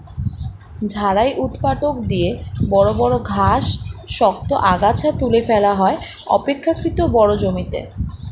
ঝাড়াই ঊৎপাটক দিয়ে বড় বড় ঘাস, শক্ত আগাছা তুলে ফেলা হয় অপেক্ষকৃত বড় জমিতে